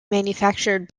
manufactured